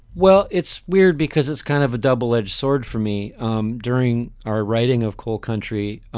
well, it's weird because it's kind of a double edged sword for me um during our writing of coal country.